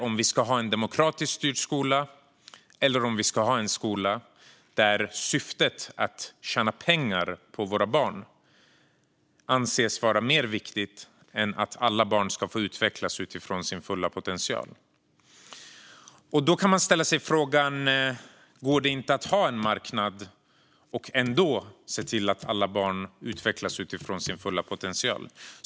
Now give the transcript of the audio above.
Ska vi ha en demokratiskt styrd skola, eller ska vi ha en skola där syftet att tjäna pengar på våra barn anses vara viktigare än att alla barn ska få utvecklas utifrån sin fulla potential? Då kan man ställa sig frågan: Går det inte att ha en marknad och ändå se till att alla barn utvecklas utifrån sin fulla potential?